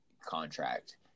contract